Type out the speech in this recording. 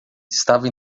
estava